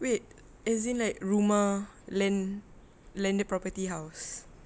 wait as in like rumah land~ landed property house